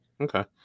Okay